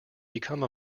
become